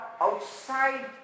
outside